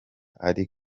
ari